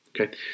Okay